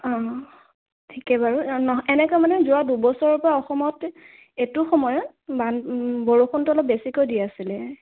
অ' ঠিকে বাৰু নহয় এনেকৈ মানে যোৱা দুবছৰৰ পৰা অসমত এইটো সময়ত বান বৰষুণটো অলপ বেছিকৈ দি আছিলে